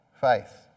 faith